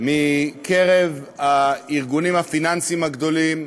מקרב הארגונים הפיננסיים הגדולים,